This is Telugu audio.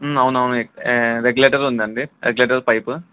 అవునువును రెగ్యులేటర్ ఉందండి రెగ్యులేటర్ పైపు